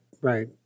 Right